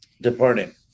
Departing